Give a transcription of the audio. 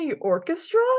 Orchestra